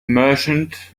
merchant